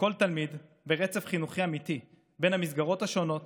לכל תלמיד ורצף חינוכי אמיתי בין המסגרות השונות